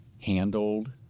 handled